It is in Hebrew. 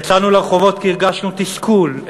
יצאנו לרחובות כי הרגשנו תסכול,